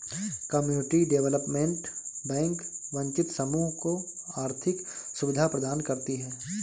community development bank वंचित समूह को आर्थिक सुविधा प्रदान करती है